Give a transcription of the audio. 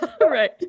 Right